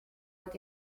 with